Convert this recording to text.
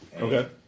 Okay